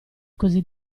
così